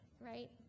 right